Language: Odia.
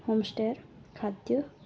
ହୋମ୍ ଷ୍ଟେର୍ ଖାଦ୍ୟ